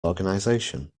organisation